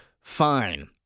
fine